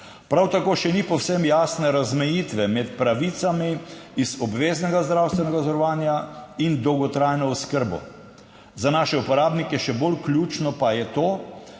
Prav tako še ni povsem jasne razmejitve med pravicami iz obveznega zdravstvenega zavarovanja in dolgotrajno oskrbo. Za naše uporabnike še bolj ključno pa je to,